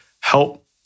help